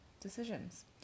decisions